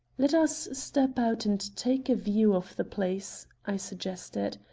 let us step out and take a view of the place, i suggested.